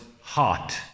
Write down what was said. heart